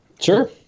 Sure